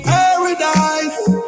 paradise